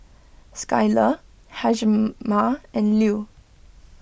Skylar Hjalmar and Lew